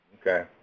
Okay